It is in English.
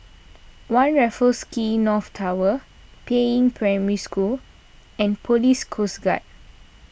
one Raffles Quay North Tower Peiying Primary School and Police Coast Guard